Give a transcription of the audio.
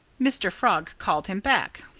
mr. frog called him back.